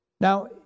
Now